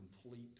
complete